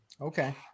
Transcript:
okay